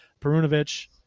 Perunovic